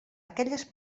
aquelles